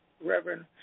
Reverend